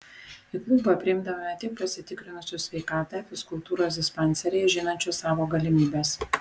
į klubą priimdavome tik pasitikrinusius sveikatą fizkultūros dispanseryje žinančius savo galimybes